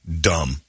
dumb